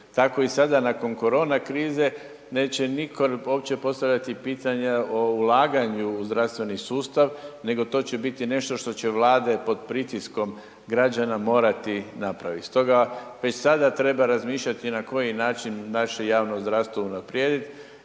Tako i sada nakon korona krize neće nitko uopće postavljati pitanja o ulaganju u zdravstveni sustav nego to će biti nešto što će vlade pod pritiskom građana morati napraviti. Stoga već sada treba razmišljati na koji način naše javno zdravstvo unaprijediti